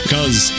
Cause